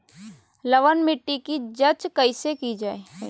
लवन मिट्टी की जच कैसे की जय है?